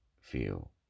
Feel